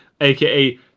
aka